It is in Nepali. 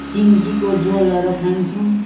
सिन्कीको झोलहरू खान्छौँ